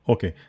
Okay